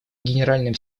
генеральным